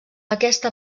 aquesta